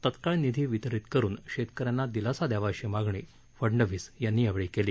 तत्काळ निधी वितरित करुन शेतकऱ्यांना दिलासा द्यावा अशी मागणी फडनवीस यांनी यावेळी केली